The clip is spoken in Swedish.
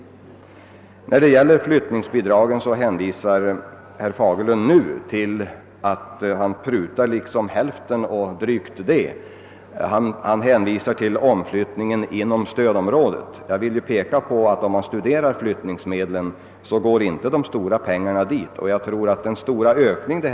Herr Fagerlund prutar till hälften och drygt det beträffande argumenteringen om flyttningsbidraget och hänvisar till omflyttningen inom stödområdet. Om man studerar användningen av flyttningsbidragen, så finner man att huvuddelen av pengarna inte går till omflyttning inom stödområdet.